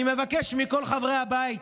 אני מבקש מכל חברי הבית,